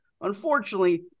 Unfortunately